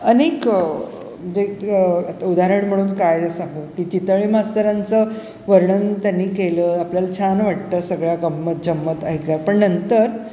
अनेक जे उदाहरण म्हणून काय असतो की चितळी मास्तरांचं वर्णन त्यांनी केलं आपल्याला छान वाटतं सगळ्या गम्मत झमत ऐकलं पण नंतर